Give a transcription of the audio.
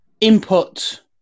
input